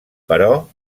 però